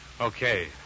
Okay